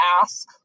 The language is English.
ask